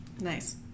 Nice